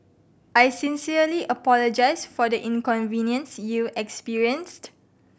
I sincerely apologise for the inconvenience you experienced